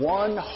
one